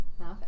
Okay